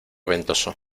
ventoso